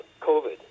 COVID